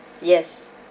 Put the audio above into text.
yes